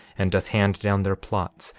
and doth hand down their plots,